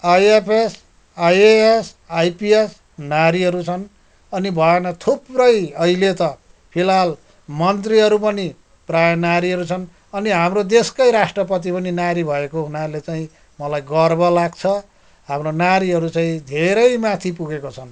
IFS IAS IPS नारीहरू छन् अनि भएन थुप्रै अहिले त फिलहाल मन्त्रीहरू पनि प्रायः नारीहरू छन् अनि हाम्रो देशकै राष्ट्रपति पनि नारी भएको हुनाले चाहिँ मलाई गर्व लाग्छ हाम्रा नारीहरू चाहिँ धेरै माथि पुगेको छन्